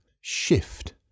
shift